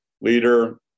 leader